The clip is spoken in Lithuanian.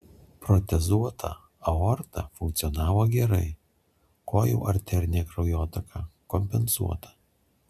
protezuota aorta funkcionavo gerai kojų arterinė kraujotaka kompensuota